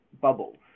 bubbles